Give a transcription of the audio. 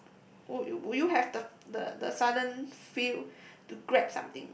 would you would you have the the sudden feel to grab something